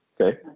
okay